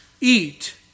eat